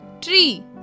tree